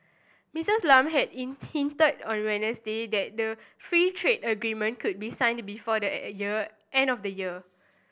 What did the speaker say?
Missus Lam had in hinted on Wednesday that the free trade agreement could be signed before the year end of the year